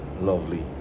lovely